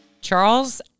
Charles